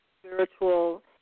Spiritual